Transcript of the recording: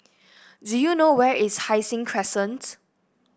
do you know where is Hai Sing Crescent